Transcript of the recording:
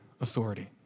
authority